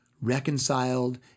reconciled